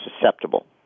susceptible